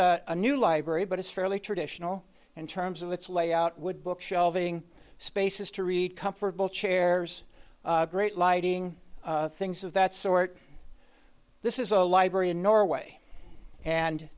a new library but it's fairly traditional in terms of its layout would book shelving spaces to read comfortable chairs great lighting things of that sort this is a library in norway and